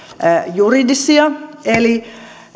juridisia eli